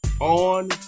on